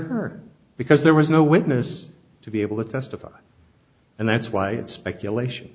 her because there was no witness to be able to testify and that's why it's speculation